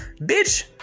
Bitch